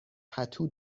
پتو